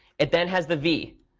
it then has the v,